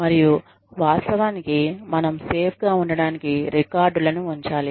మరియు వాస్తవానికి మనం సేఫ్ గా ఉండటానికి రికార్డు లను ఉంచాలి